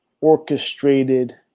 orchestrated